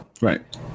Right